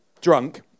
drunk